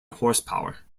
horsepower